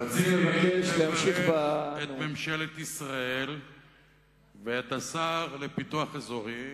רציתי לברך את ממשלת ישראל ואת השר לפיתוח אזורי,